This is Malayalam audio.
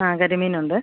ആ കരിമീൻ ഉണ്ട്